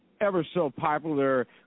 ever-so-popular